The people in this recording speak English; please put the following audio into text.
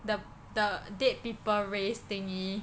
the the dead people raise thingy